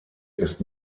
ist